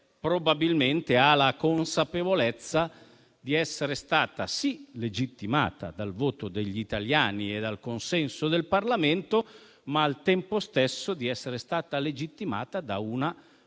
probabilmente ha la consapevolezza di essere stata, sì, legittimata dal voto degli italiani e dal consenso del Parlamento, ma al tempo stesso di essere stata legittimata da una